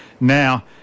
Now